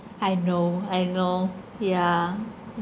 I know I know yeah